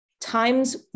Times